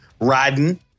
riding